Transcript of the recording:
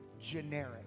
generic